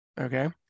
Okay